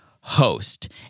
host